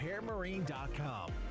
PearMarine.com